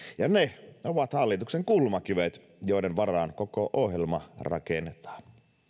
ja ne ovat hallituksen kulmakivet joiden varaan koko ohjelma rakennetaan